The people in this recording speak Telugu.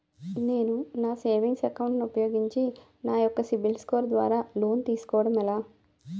నేను నా సేవింగ్స్ అకౌంట్ ను ఉపయోగించి నా యెక్క సిబిల్ స్కోర్ ద్వారా లోన్తీ సుకోవడం ఎలా?